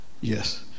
Yes